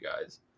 guys